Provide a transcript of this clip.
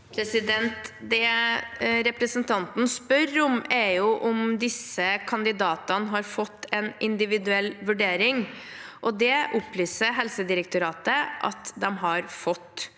Det represen- tanten spør om, er om disse kandidatene har fått en individuell vurdering, og det opplyser Helsedirektoratet at de har fått. Samtlige